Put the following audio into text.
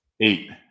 Eight